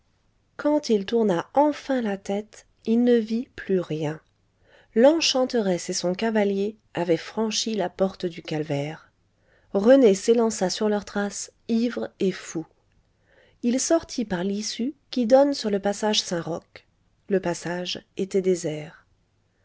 quand il tourna enfin la tête il ne vit plus rien l'enchanteresse et son cavalier avaient franchi la porte du calvaire rené s'élança sur leurs traces ivre et fou il sortit par l'issue qui donne sur le passage saint-roch le passage était désert